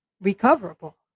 recoverable